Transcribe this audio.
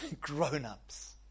Grown-ups